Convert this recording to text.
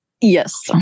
yes